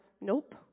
nope